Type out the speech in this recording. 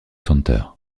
center